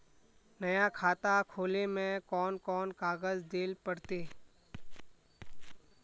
नया खाता खोले में कौन कौन कागज देल पड़ते?